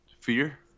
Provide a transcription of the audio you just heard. Fear